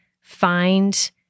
find